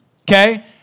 okay